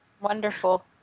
Wonderful